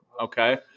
Okay